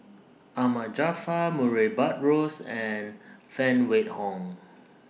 Ahmad Jaafar Murray Buttrose and Phan Wait Hong